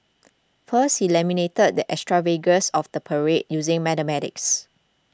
first he lamented the extravagance of the parade using mathematics